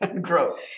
Growth